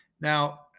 Now